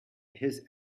his